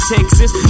Texas